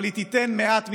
אבל היא תיתן מעט מדי,